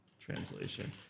Translation